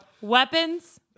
Weapons